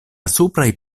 supraj